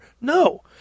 No